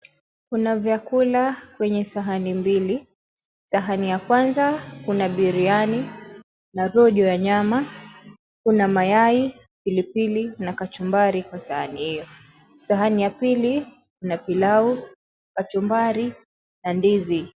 Kuna vyakula kwenye sahani mbili sahani ya kwanza kuna biryani na pojo wa nyama, kuna mayai pilipili na kachumbari kwa sahani hiyo, sahani ya pili ina pilau, kachumbari na ndizi.